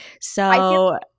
So-